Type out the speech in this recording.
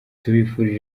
tubifurije